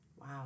Wow